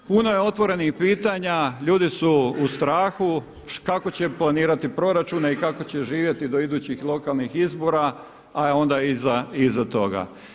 Puno je otvorenih pitanja, ljudi su u strahu kako će planirati proračune i kako će živjeti do idućih lokalnih izbora, a onda iza toga.